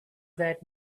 that